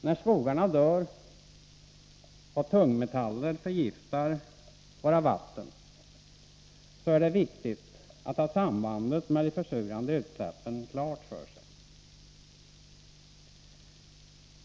När skogarna dör och tungmetaller förgiftar våra vatten är det viktigt att ha sambandet med de försurande utsläppen klart för sig.